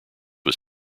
was